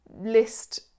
list